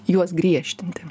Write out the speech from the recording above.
juos griežtinti